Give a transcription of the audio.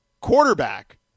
quarterback